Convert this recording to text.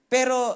Pero